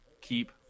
keep